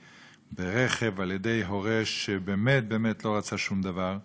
שמת ברכב כי נשכח על-ידי הורה שבאמת באמת לא רצה שום דבר.